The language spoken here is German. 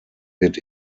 wird